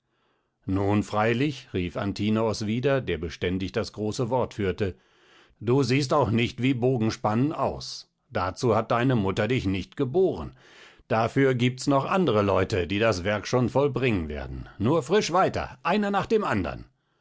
nun freilich rief antinoos wieder der beständig das große wort führte du siehst auch nicht wie bogenspannen aus dazu hat deine mutter dich nicht geboren dafür aber giebt's noch andere leute die das werk schon vollbringen werden nur frisch weiter einer nach dem andern